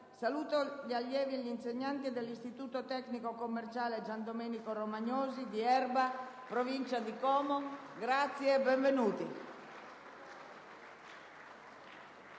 gli allievi e gli insegnanti dell'istituto tecnico commerciale «Gian Domenico Romagnosi» di Erba, in provincia di Como. Grazie e benvenuti.